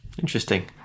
interesting